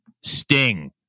Sting